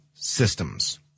Systems